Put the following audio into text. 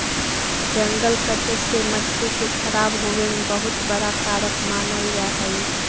जंगल कटे से मट्टी के खराब होवे में बहुत बड़ा कारक मानल जा हइ